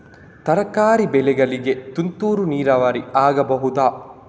ತರಕಾರಿ ಬೆಳೆಗಳಿಗೆ ತುಂತುರು ನೀರಾವರಿ ಆಗಬಹುದಾ?